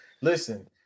listen